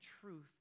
truth